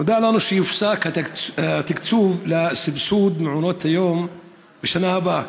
נודע לנו שיופסק התקצוב לסבסוד מעונות היום בשנה הבאה,